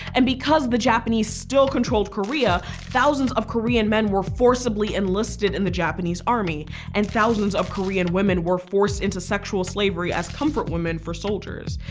and because the japanese still controlled korea, thousands of korean men were forcibly enlisted in the japanese army and thousands of korean women were forced forced into sexual slavery as comfort women for soldiers.